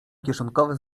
kieszonkowe